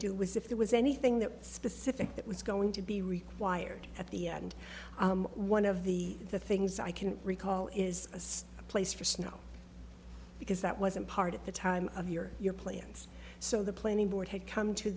was if there was anything that specific that was going to be required at the end one of the the things i can recall is a stop place for snow because that wasn't part of the time of your your plans so the planning board had come to